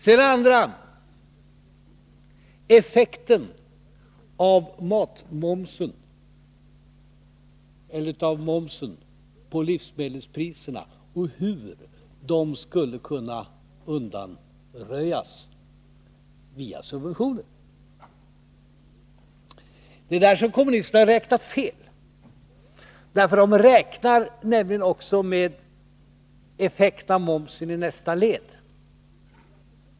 Den andra är effekten av matmomsen och frågan hur den skulle kunna undanröjas via subventioner. Det är på den punkten som kommunisterna räknar fel. De räknar nämligen också med effekten av momsen i nästa led.